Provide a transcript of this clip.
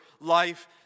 life